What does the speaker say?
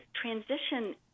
Transition